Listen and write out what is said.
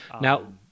Now